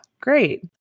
Great